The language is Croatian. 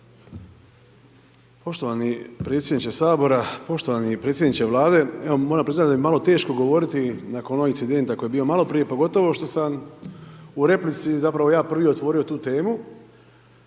Poštovani predsjedniče sabora, poštovani predsjedniče Vlade, evo moram priznat da mi je malo teško govoriti nakon ovog incidenta koji je bio maloprije, pogotovo što sam u replici zapravo ja prvi otvorio tu temu,